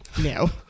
No